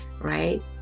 right